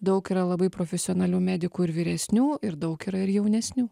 daug yra labai profesionalių medikų ir vyresnių ir daug yra ir jaunesnių